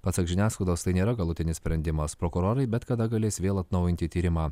pasak žiniasklaidos tai nėra galutinis sprendimas prokurorai bet kada galės vėl atnaujinti tyrimą